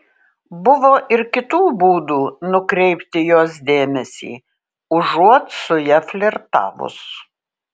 buvo ir kitų būdų nukreipti jos dėmesį užuot su ja flirtavus